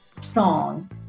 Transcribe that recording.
song